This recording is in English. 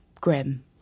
grim